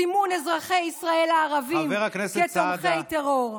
לסימון אזרחי ישראל הערבים כתומכי טרור.